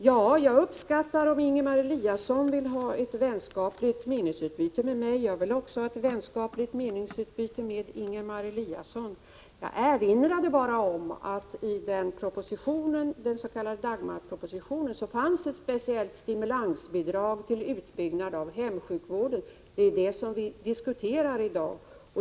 Jag uppskattar att Ingemar Eliasson vill ha ett vänskapligt meningsutbyte med mig. Jag vill också ha ett vänskapligt meningsutbyte med Ingemar Eliasson. Jag erinrade bara om att det i den s.k. Dagmarpropositionen fanns ett förslag till ett speciellt stimulansbidrag för utbyggnad av hemsjukvården. Det är detta vi diskuterar i dag.